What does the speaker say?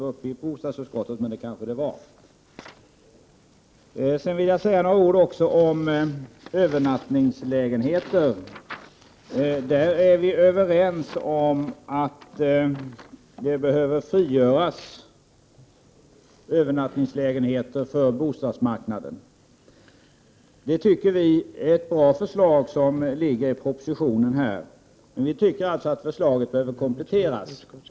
var uppe i bostadsutskottet, men så kanske det var. Sedan vill jag säga några ord om övernattningslägenheter. Vi är överens om att det behöver frigöras övernattningslägenheter för bostadsmarknaden. Vi tycker det är ett bra förslag i propositionen, men vi tycker också att förslaget behöver kompletteras.